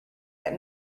that